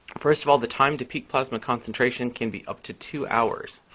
first of all, the time to peak plasma concentration can be up to two hours.